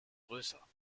größer